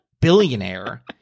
billionaire